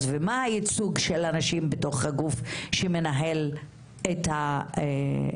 ומה הייצוג של הנשים בתוך הגוף שמנהל את הארגון,